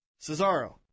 Cesaro